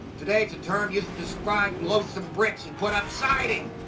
today it's a term used to describe loathsome brits who put up siding.